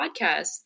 podcast